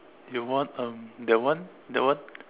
you want um that one that one